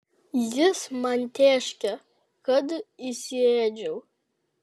jis man tėškė kad įsiėdžiau